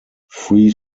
free